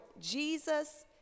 Jesus